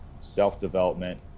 self-development